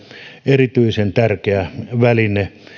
erityisen tärkeä väline